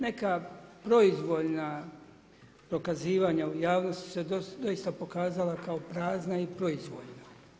Neka proizvoljna dokazivanja u javnosti su se doista pokazala kao prazna i proizvoljna.